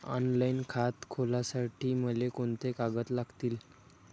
Online खातं खोलासाठी मले कोंते कागद लागतील?